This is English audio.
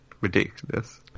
ridiculous